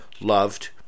loved